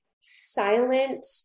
silent